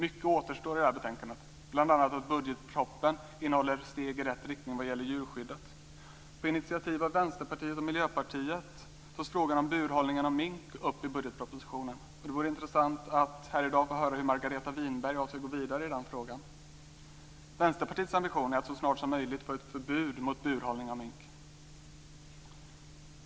Mycket återstår i betänkandet, bl.a. att budgetpropositionen innehåller steg i rätt riktning vad gäller djurskyddet. På initiativ av Vänsterpartiet och Miljöpartiet tas frågan om burhållningen av mink upp i budgetpropositionen. Det vore intressant att här i dag få höra hur Margareta Winberg avser gå vidare i den frågan. Vänsterpartiets ambition är att så snart som möjligt få ett förbud mot burhållning av mink.